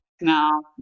no